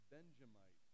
Benjamite